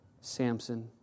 Samson